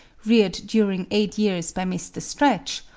reared during eight years by mr. stretch,